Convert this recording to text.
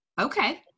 Okay